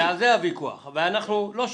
ועל זה הוויכוח ואנחנו לא שם.